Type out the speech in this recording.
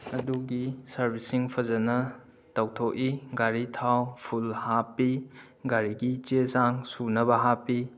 ꯑꯗꯨꯒꯤ ꯁꯥꯔꯕꯤꯁꯤꯡ ꯐꯖꯅ ꯇꯧꯊꯣꯛꯏ ꯒꯥꯔꯤ ꯊꯥꯎ ꯐꯨꯜ ꯍꯥꯞꯏ ꯒꯥꯔꯤꯒꯤ ꯆꯦ ꯆꯥꯡ ꯁꯨꯅꯕ ꯍꯥꯞꯏ